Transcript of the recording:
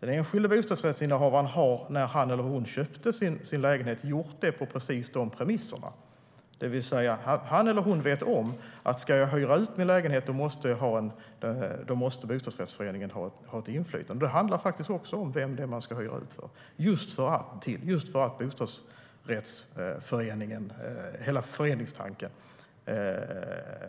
När den enskilda bostadsrättshavaren köpte sin lägenhet gjorde han eller hon det på precis de premisserna, det vill säga visste att ifall man ska hyra ut lägenheten måste bostadsrättsföreningen ha ett inflytande över det. Det handlar också om vem man ska hyra ut till eftersom